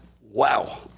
Wow